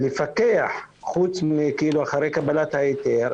לפקח אחרי קבלת ההיתר.